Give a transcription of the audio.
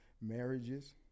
marriages